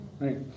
Right